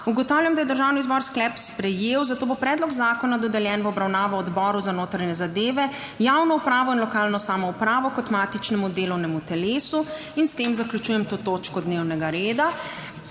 Ugotavljam, da je Državni zbor sklep sprejel. Zato bo predlog zakona dodeljen v obravnavo Odboru za notranje zadeve, javno upravo in lokalno samoupravo kot matičnemu delovnemu telesu. In s tem zaključujem to točko dnevnega reda.